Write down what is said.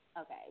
okay